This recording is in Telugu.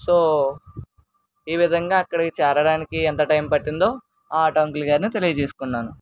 సో ఈ విధంగా అక్కడికి చేరడానికి ఎంత టైం పట్టిందో ఆ ఆటో అంకుల్గారిని తెలియచేసుకున్నాను